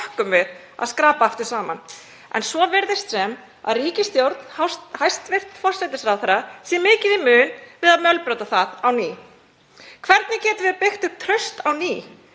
að skrapa aftur saman en svo virðist sem ríkisstjórn hæstv. forsætisráðherra sé mikið í mun að mölbrjóta það á ný. Hvernig getum við byggt upp traust á ný?